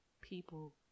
people